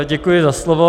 Děkuji za slovo.